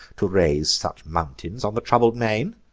to raise such mountains on the troubled main?